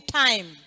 time